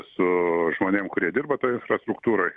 su žmonėm kurie dirba toj infrastruktūroj